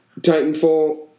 Titanfall